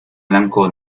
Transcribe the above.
blanco